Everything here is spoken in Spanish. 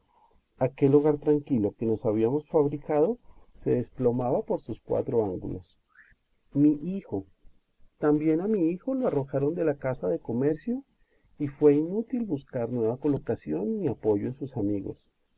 aquel hogar tranquilo que nos habíamos fabricado se desplomaba por sus cuatro ángulos mi hijo también a mi hijo lo arrojaron de la casa de comercio y fue inútil buscar nueva colocación ni apoyo en sus amigos